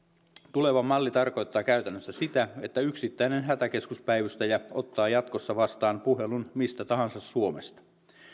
tuleva malli tarkoittaa käytännössä sitä että yksittäinen hätäkeskuspäivystäjä ottaa jatkossa vastaan puhelun mistä tahansa suomesta